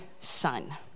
son